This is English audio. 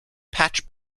patch